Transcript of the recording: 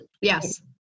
Yes